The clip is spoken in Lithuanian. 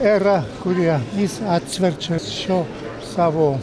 era kurioje jis atsverčia šio savo